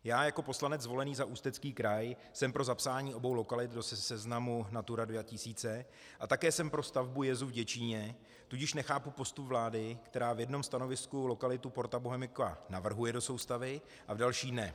Já jako poslanec zvolený za Ústecký kraj jsem pro zapsání obou lokalit do seznamu Natura 2000 a také jsem pro stavbu jezů v Děčíně, tudíž nechápu postup vlády, která v jednom stanovisku lokalitu Porta Bohemica navrhuje do soustavy a v další ne.